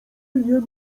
nie